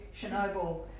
Chernobyl